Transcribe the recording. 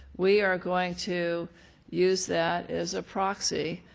we are going to use that as a proxy